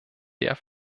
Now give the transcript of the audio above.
der